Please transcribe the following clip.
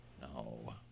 No